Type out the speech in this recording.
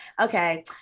Okay